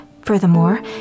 Furthermore